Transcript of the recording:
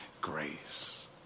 grace